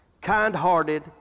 kind-hearted